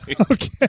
Okay